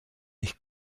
ich